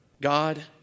God